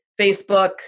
Facebook